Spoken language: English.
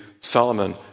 Solomon